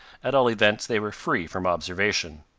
at all events they were free from observation.